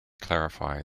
clarify